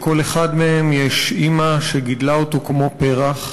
לכל אחד מהם יש אימא שגידלה אותו כמו פרח,